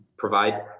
Provide